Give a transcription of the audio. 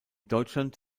deutschland